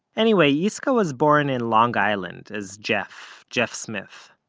anyway, yiscah was born in long island, as jeff. jeff smith.